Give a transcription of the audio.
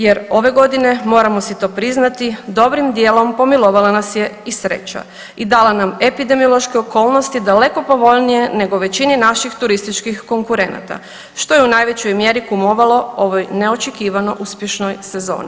Jer ove godine moramo si to priznati dobrim djelom pomilovala nas je i sreća i dala nam epidemiološke okolnosti daleko povoljnije nego većini naših turističkih konkurenata što je u najvećoj mjeri kumovalo ovoj neočekivano uspješnoj sezoni.